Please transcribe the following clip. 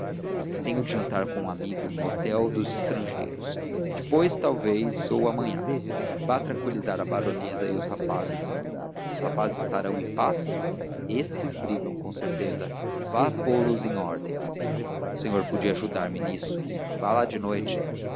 tenho de jantar com um amigo no hotel dos estrangeiros depois talvez ou amanhã vá vá tranquilizar a baronesa e os rapazes os rapazes estarão em paz esses brigam com certeza vá pô-los em ordem o senhor podia ajudar me nisso vá lá de noite